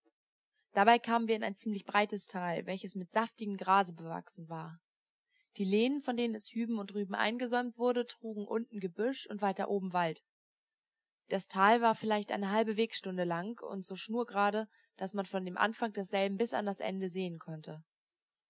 dabei kamen wir in ein ziemlich breites tal welches mit saftigem grase bewachsen war die lehnen von denen es hüben und drüben eingesäumt wurde trugen unten gebüsch und weiter oben wald das tal war vielleicht eine halbe wegstunde lang und so schnurgerade daß man von dem anfange desselben bis an das ende sehen konnte